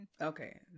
okay